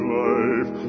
life